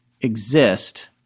exist